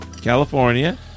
California